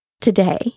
Today